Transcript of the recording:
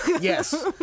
Yes